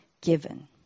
given